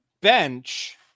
bench